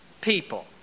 people